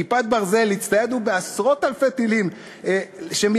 "כיפת ברזל" הצטיידנו בעשרות-אלפי טילים שמיירטים,